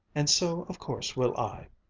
and so, of course, will i.